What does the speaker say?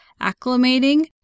acclimating